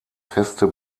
feste